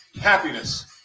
happiness